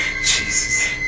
Jesus